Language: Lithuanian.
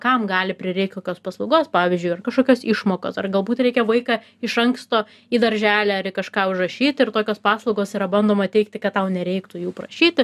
kam prireik kokios paslaugos pavyzdžiu ar kaįokios išmokos ar galbūt reikia vaiką iš anksto į darželį ar į kažką užrašyt ir tokios paslaugos yra bandoma teigti kad tau nereiktų jų prašyti